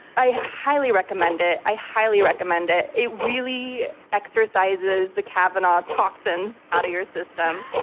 i highly recommend it, i highly recommend it. it really exercises the kavanaugh toxins out of your system.